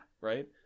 right